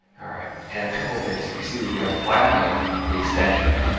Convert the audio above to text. alright. and a couple of things here you see we have the file name, the extension,